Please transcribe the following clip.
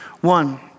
One